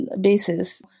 basis